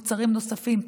מוצרים נוספים,